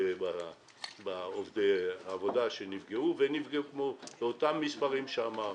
ומדובר באמת באותם מספרים שנקט בהם